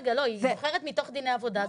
היא בוחרת מתוך דיני עבודה,